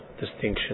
distinction